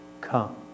come